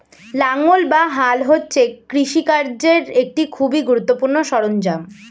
লাঙ্গল বা হাল হচ্ছে কৃষিকার্যের একটি খুবই গুরুত্বপূর্ণ সরঞ্জাম